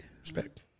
Respect